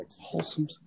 wholesome